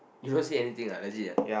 you don't see anything ah legit ah